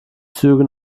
züge